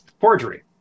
forgery